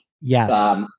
yes